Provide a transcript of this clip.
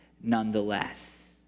nonetheless